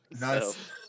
nice